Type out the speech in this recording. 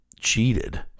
cheated